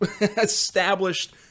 established